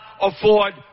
afford